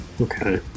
Okay